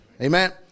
Amen